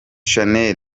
shanel